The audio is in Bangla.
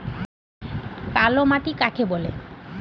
কালো মাটি কাকে বলে?